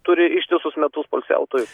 turi ištisus metus poilsiautojų